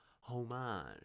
homage